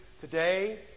today